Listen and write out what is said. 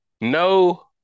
no